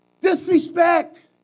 Disrespect